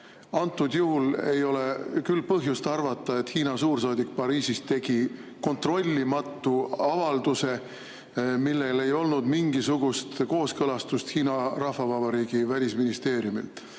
Antud juhul ei ole küll põhjust arvata, et Hiina suursaadik Pariisis tegi kontrollimatu avalduse, millel ei olnud mingisugust kooskõlastust Hiina Rahvavabariigi välisministeeriumilt.